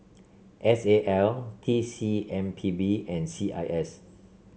S A L T C M P B and C I S